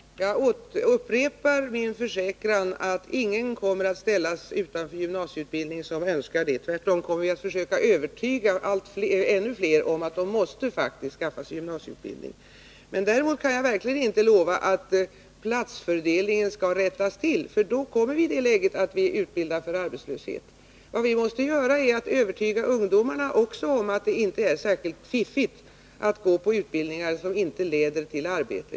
Herr talman! Jag upprepar min försäkran att ingen kommer att ställas utanför gymnasieutbildning som önskar sådan utbildning. Tvärtom kommer vi att försöka övertyga ännu fler om att de faktiskt måste skaffa sig gymnasieutbildning. Däremot kan jag inte lova att platsfördelningen skall rättas till, för då kommer vi i det läget att vi utbildar för arbetslöshet. Vad vi måste göra är att övertyga ungdomarna också om att det inte är särskilt fiffigt att gå på utbildningar som inte leder till arbete.